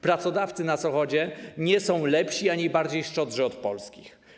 Pracodawcy na Zachodzie nie są lepsi ani bardziej szczodrzy od polskich.